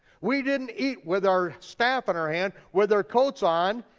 we didn't eat with our staff in our hand, with our coats on,